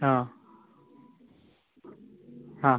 ആ ആ